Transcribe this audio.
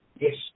Yes